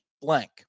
blank